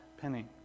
penny